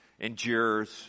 endures